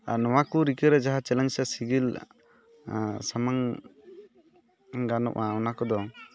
ᱟᱨ ᱱᱚᱣᱟ ᱠᱚ ᱨᱤᱠᱟᱹ ᱨᱮ ᱡᱟᱦᱟᱸ ᱪᱮᱞᱮᱧᱡ ᱥᱮ ᱥᱤᱜᱤᱞ ᱥᱟᱢᱟᱝ ᱜᱟᱱᱚᱜᱼᱟ ᱚᱱᱟ ᱠᱚᱫᱚ